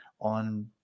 on